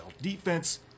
Defense